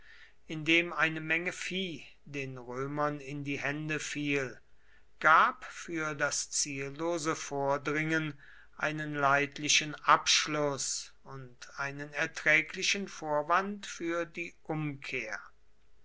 dem eine menge vieh den römern in die hände fiel gab für das ziellose vordringen einen leidlichen abschluß und einen erträglichen vorwand für die umkehr